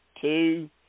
two